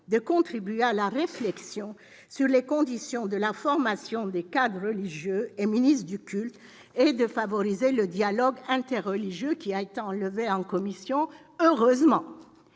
de « contribuer à la réflexion sur les conditions de la formation des cadres religieux et ministres du culte » et de « favoriser le dialogue interreligieux ». Y siégeraient deux sénateurs et